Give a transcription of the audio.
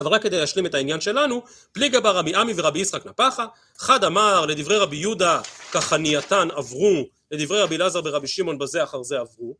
אבל רק כדי להשלים את העניין שלנו, פליגי בה רבי אמי ורבי יצחק נפחא, חד אמר לדברי רבי יהודה: כחנייתן עברו, לדברי רבי אלעזר ורבי שמעון - בזה אחר זה עברו